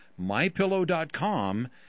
mypillow.com